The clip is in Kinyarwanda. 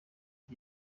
iki